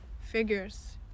figures